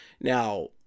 Now